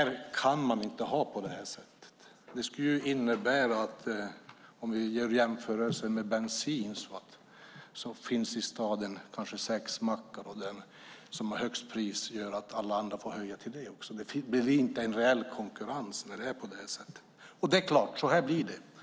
Man kan inte ha det på det här sättet. Vi kan göra en jämförelse med bensin: I en stad finns det sex mackar, och den som har högst pris gör att alla andra får höja till det priset. Det blir inte en reell konkurrens när det är på det sättet. Det är klart att det blir så här.